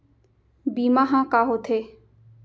बीमा ह का होथे?